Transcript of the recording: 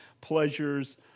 pleasures